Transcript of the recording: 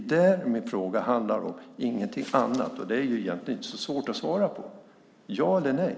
Det är det min fråga handlar om, ingenting annat. Den är egentligen inte så svår att svara på. Ja eller nej?